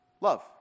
Love